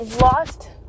lost